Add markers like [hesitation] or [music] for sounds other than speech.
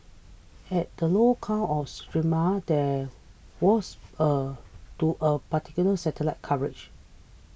[unintelligible] the low count of Sumatra that was [hesitation] due [hesitation] partial satellite coverage